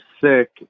sick